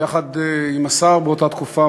ויחד עם השר באותה תקופה,